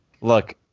look